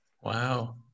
Wow